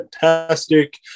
fantastic